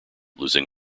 losing